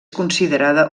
considerada